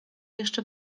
jeszcze